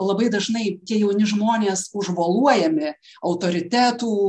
labai dažnai tie jauni žmonės užvoluojami autoritetų